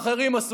תודה